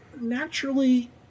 naturally